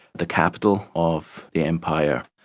the capital of the empire.